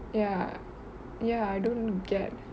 ya ya I don't get